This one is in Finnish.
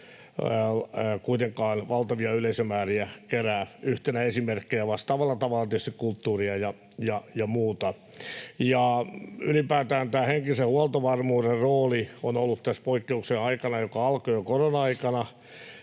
kuitenkaan valtavia yleisömääriä kerää, yhtenä esimerkkinä — vastaavalla tavalla on tietysti kulttuuria ja muuta. Ylipäätään tämä henkisen huoltovarmuuden rooli on ollut tänä poikkeusaikana, joka alkoi jo korona-aikana